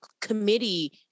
committee